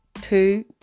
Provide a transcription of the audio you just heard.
two